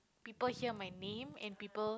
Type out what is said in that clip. people hear my name and people